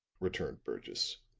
returned burgess.